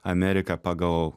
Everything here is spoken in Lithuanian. ameriką pagal